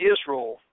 Israel